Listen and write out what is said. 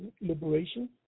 Liberation